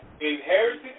inherited